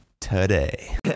today